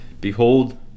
Behold